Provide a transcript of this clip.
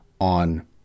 On